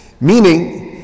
meaning